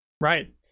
Right